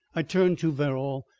i turned to verrall.